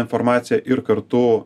informaciją ir kartu